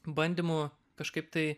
bandymų kažkaip tai